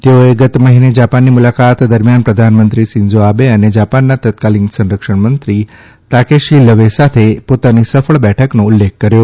તેઓએ ગત મહિને જાપાનની મુલાકાત દરમ્યાન પ્રધાનમંત્રી શિન્ઝો આબે અને જાપાનના તત્કાલીન સંરક્ષણમંત્રી તાકેશી લવે સાથે પોતાની સફળ બેઠકોનો ઉલ્લેખ કર્યો